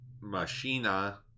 Machina